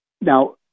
Now